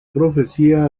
profecía